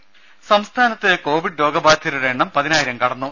രെ സംസ്ഥാനത്ത് കോവിഡ് രോഗബാധിതരുടെ എണ്ണം പതിനായിരം കടന്നു